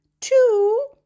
two